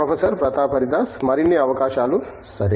professor Pratap Haridas మరిన్ని అవకాశాలు సరే